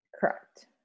Correct